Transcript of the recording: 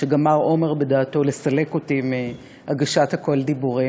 שגמר אומר בדעתו לסלק אותי מהגשת "הכול דיבורים"